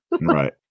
Right